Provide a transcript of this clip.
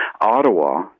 Ottawa